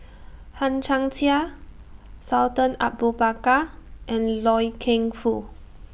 Hang Chang Chieh Sultan Abu Bakar and Loy Keng Foo